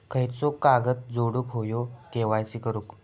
खयचो कागद जोडुक होयो के.वाय.सी करूक?